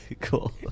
Cool